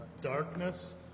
darkness